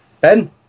Ben